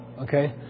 okay